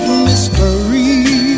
mystery